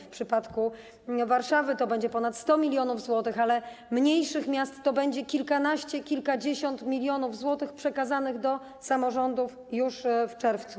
W przypadku Warszawy to będzie ponad 100 mln zł, a w przypadku mniejszych miast to będzie kilkanaście, kilkadziesiąt milionów złotych przekazanych do samorządów już w czerwcu.